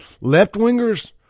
Left-wingers